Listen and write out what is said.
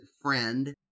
friend